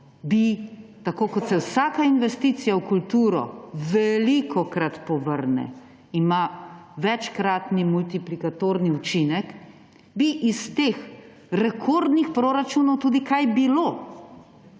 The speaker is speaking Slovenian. bi tako kot se vsaka investicija v kulturo velikokrat povrne, ima večkraten multiplikatoren učinek, bi iz teh rekordnih proračunov tudi kaj bilo.